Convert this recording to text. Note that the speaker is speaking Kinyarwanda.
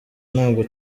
ntabwo